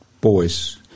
boys